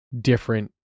different